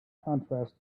contrast